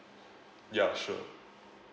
ya sure